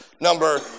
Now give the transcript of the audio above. number